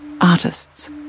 artists